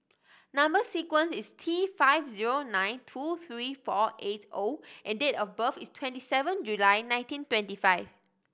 number sequence is T five zero nine two three four eight O and date of birth is twenty seven July nineteen twenty five